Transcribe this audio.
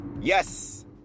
Yes